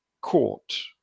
court